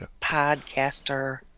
Podcaster